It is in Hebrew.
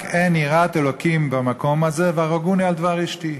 רק אין יראת אלוקים במקום הזה והרגוני על דבר אשתי.